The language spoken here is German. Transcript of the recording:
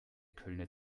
kölner